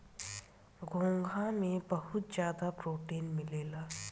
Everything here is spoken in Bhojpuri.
घोंघा में बहुत ज्यादा प्रोटीन मिलेला